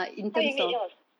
how you meet yours